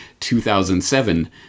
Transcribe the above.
2007